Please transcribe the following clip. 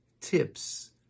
tips